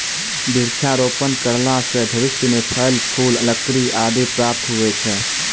वृक्षारोपण करला से भविष्य मे फल, फूल, लकड़ी आदि प्राप्त हुवै छै